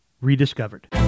rediscovered